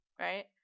right